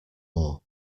more